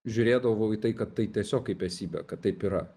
žiūrėdavau į tai kad tai tiesiog kaip esybė kad taip yra